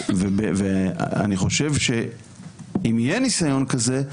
אני חושב שאם יהיה ניסיון כזה,